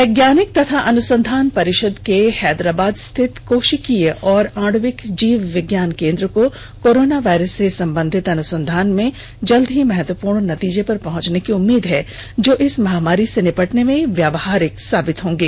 वैज्ञानिक तथा अनुसंधान परिषद के हैदराबाद स्थित कोशिकीय और आणविक जीव विज्ञान केंद्र को कोरोना वायरस र्से संबंधित अनुसंधान में जल्दी ही महत्वपूर्ण नतीजे पर पहुंचने की उम्मीद है जो इस महामारी से निपटने में व्यवहारिक साबित होंगे